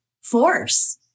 force